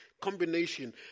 combination